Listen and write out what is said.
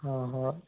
हाँ हाँ